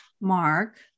Mark